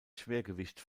schwergewicht